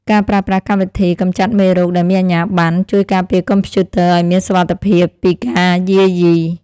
ការប្រើប្រាស់កម្មវិធីកំចាត់មេរោគដែលមានអាជ្ញាប័ណ្ណ ជួយការពារកុំព្យូទ័រឱ្យមានសុវត្ថិភាពពីការយាយី។